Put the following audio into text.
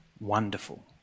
wonderful